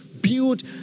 Build